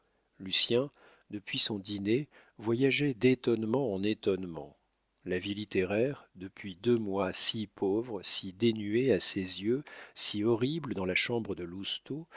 sinécure lucien depuis son dîner voyageait d'étonnements en étonnements la vie littéraire depuis deux mois si pauvre si dénuée à ses yeux si horrible dans la chambre de